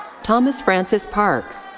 thomas francis parks.